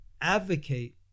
advocate